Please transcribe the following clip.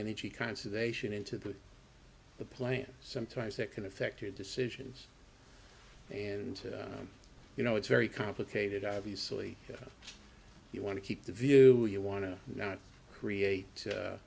energy conservation into the the plan sometimes that can affect your decisions and you know it's very complicated obviously you want to keep the view you want to not create